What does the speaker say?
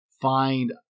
find